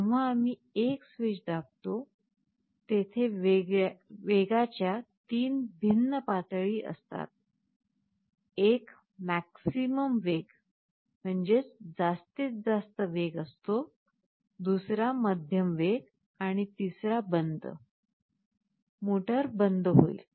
जेव्हा आम्ही एक स्विच दाबतो तेथे वेगाच्या 3 भिन्न पातळी असतात एक जास्तीत जास्त वेग असतो दुसरा मध्यम वेग आणि तिसरा बंद मोटार बंद होईल